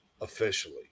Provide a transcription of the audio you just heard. officially